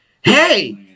hey